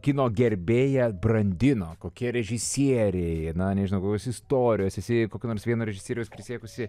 kino gerbėją brandino kokie režisieriai na nežinau kokios istorijos esi kokio nors vieno režisieriaus prisiekusi